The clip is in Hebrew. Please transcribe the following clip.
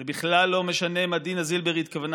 זה בכלל לא משנה מה דינה זילבר התכוונה.